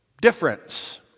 difference